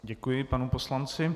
Děkuji panu poslanci.